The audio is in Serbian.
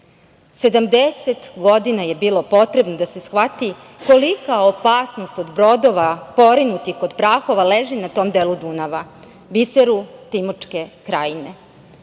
godina je bilo potrebno da se shvati kolika opasnost od brodova porinutih kod Prahova leži na tom delu Dunava, biseru Timočke Krajine.